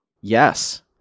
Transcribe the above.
Yes